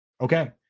okay